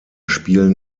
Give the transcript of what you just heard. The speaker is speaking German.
spielen